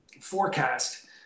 forecast